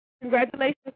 Congratulations